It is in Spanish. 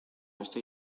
estoy